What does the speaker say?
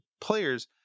players